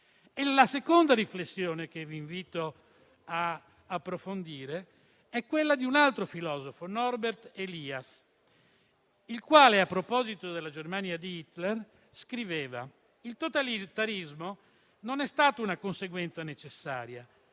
La seconda riflessione che vi invito ad approfondire è quella di un altro filosofo, Norbert Elias, il quale a proposito della Germania di Hitler scriveva che il totalitarismo non è stato una conseguenza necessaria,